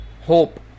hope